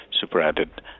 super-added